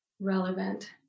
relevant